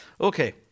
Okay